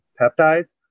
peptides